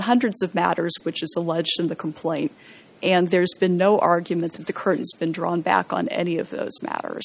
hundreds of matters which is alleged in the complaint and there's been no argument that the curtains been drawn back on any of those matters